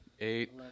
Eight